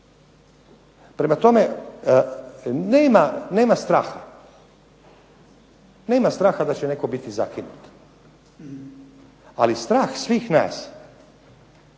Prema tome, nema straha da će netko biti zakinut, ali strah svih nas